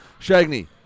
Shagney